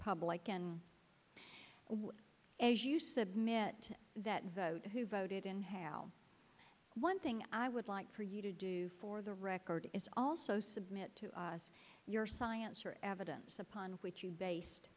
public and as you submit that vote who voted in hal one thing i would like for you to do for the record is also submit to us your science or evidence upon which you based